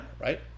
right